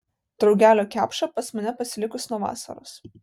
draugelio kepša pas mane pasilikus nuo vasaros